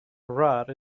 rod